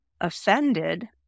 offended